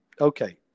okay